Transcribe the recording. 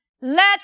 Let